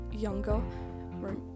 younger